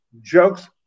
jokes